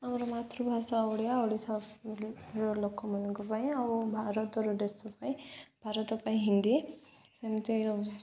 ଆମର ମାତୃଭାଷା ଓଡ଼ିଆ ଓଡ଼ିଶା ଲୋକମାନଙ୍କ ପାଇଁ ଆଉ ଭାରତର ଦେଶ ପାଇଁ ଭାରତ ପାଇଁ ହିନ୍ଦୀ ସେମିତି